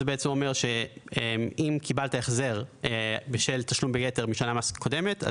בעצם אומר שאם קיבלת החזר בשל תשלום ביתר משנת המס הקודמת,